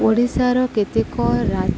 ଓଡ଼ିଶାର କେତେକ ରାଜ୍ୟ